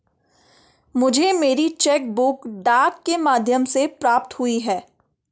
मुझे मेरी cheque book डाक के माध्यम से प्राप्त हुई है